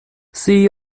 see